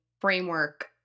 framework